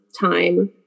time